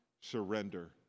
surrender